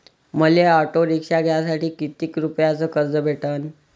मले auto rickshaw घ्यासाठी कितीक रुपयाच कर्ज भेटनं?